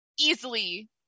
easily